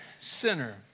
sinner